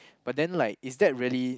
but then like is that really